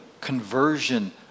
conversion